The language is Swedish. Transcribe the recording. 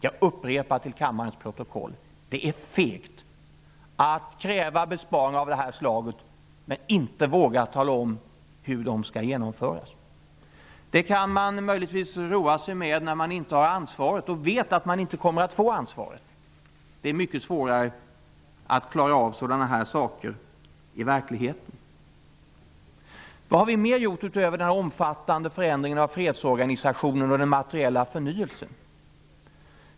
Jag upprepar till kammarens protokoll att det är fegt att kräva besparingar av det här slaget men inte våga tala om hur de skall genomföras. Det kan man möjligtvis roa sig med när man inte har ansvaret och vet att man inte kommer att få ansvaret. Det är mycket svårare att klara av sådana här saker i verkligheten. Vad har vi gjort utöver denna omfattande förändring av fredsorganisationen och den materiella förnyelsen?